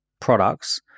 products